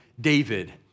David